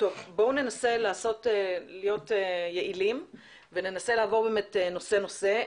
בואו ננסה להיות יעילים וננסה לעבור באמת נושא נושא.